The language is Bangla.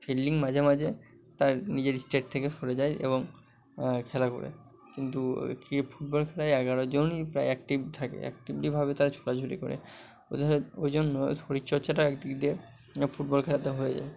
ফিল্ডিং মাঝে মাঝে তার নিজের স্টেট থেকে সরে যায় এবং খেলা ঘোরে কিন্তু কি ফুটবল খেলায় এগারোজনই প্রায় অ্যাক্টিভ থাকে অ্যাক্টিভলিভাবে তারা ছোটাছুটি করে ওই জন্য শরীর চর্চাটা এক দিক দিয়ে ফুটবল খেলাতে হয়ে যায়